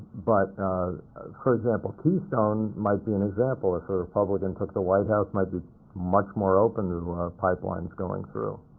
but for example, keystone might be an example. if a republican took the white house, might be much more open to pipelines going through.